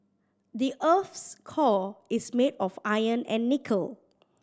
the earth's core is made of iron and nickel